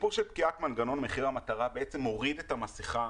הסיפור של פקיעת מנגנון מחיר המטרה בעצם מוריד את המסכה